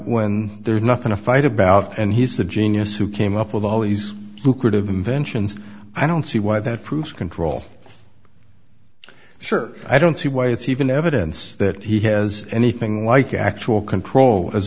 when there's nothing to fight about and he's the genius who came up with all these lucrative inventions i don't see why that proves control sure i don't see why it's even evidence that he has anything like actual control as